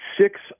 six